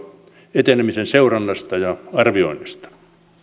etenemisen seurannasta ja arvioinnista